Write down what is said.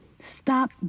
Stop